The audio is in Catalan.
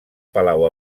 palau